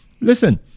Listen